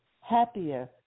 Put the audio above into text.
happier